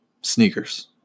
Sneakers